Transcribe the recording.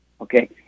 Okay